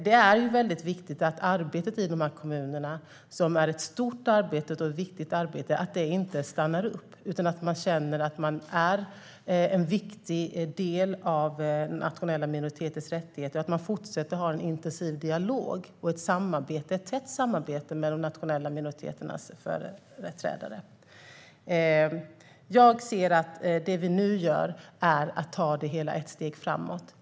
Det är viktigt att det stora och betydelsefulla arbetet i dessa kommuner inte stannar upp. De måste känna att de är en viktig del av de nationella minoriteternas rättigheter och att de fortsätter att ha en intensiv dialog och ett tätt samarbete med de nationella minoriteternas företrädare. Nu tar vi det hela ett steg framåt.